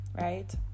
right